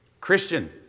Christian